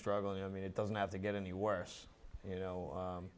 struggling i mean it doesn't have to get any worse you know